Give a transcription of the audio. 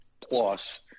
plus